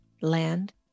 land